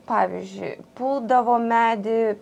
pavyzdžiui puldavo medį